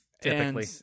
typically